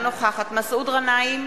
אינה נוכחת מסעוד גנאים,